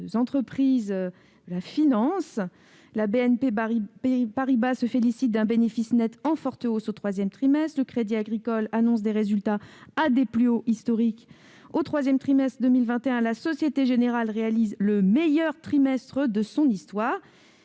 les entreprises de la finance. BNP Paribas se félicite d'un bénéfice net « en forte hausse au troisième trimestre ». Le Crédit agricole annonce des résultats « à des plus hauts historiques ». Au troisième trimestre de 2021, la Société générale a même réalisé « le meilleur trimestre de son histoire